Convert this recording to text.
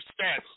stats